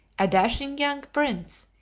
a dashing young prince,